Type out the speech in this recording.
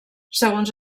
segons